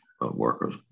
workers